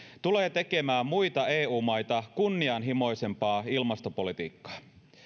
tulee tekemään muita eu maita kunnianhimoisempaa ilmastopolitiikkaa